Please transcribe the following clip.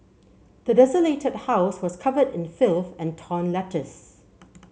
the desolated house was covered in filth and torn letters